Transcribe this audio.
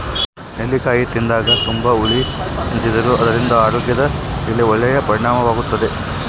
ನೆಲ್ಲಿಕಾಯಿ ತಿಂದಾಗ ತುಂಬಾ ಹುಳಿ ಎನಿಸಿದರೂ ಅದರಿಂದ ಆರೋಗ್ಯದ ಮೇಲೆ ಒಳ್ಳೆಯ ಪರಿಣಾಮವಾಗುತ್ತದೆ